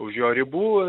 už jo ribų